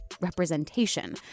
representation